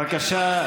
בבקשה,